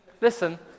Listen